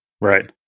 Right